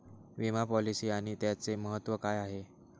विमा पॉलिसी आणि त्याचे महत्व काय आहे?